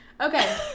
Okay